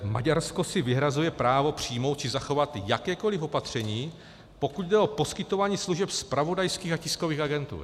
Maďarsko si vyhrazuje právo přijmout či zachovat jakékoliv opatření, pokud jde o poskytování služeb zpravodajských a tiskových agentur.